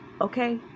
okay